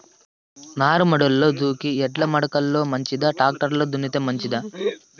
నారుమడిలో దుక్కి ఎడ్ల మడక లో మంచిదా, టాక్టర్ లో దున్నితే మంచిదా?